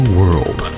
world